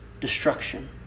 destruction